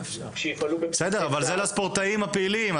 אבל זה לספורטאים הפעילים.